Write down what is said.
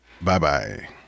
bye-bye